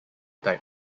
type